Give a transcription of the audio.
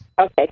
Okay